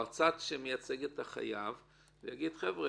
או הצד שמייצג את החייב ויגיד: חבר'ה,